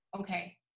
okay